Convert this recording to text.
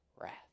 wrath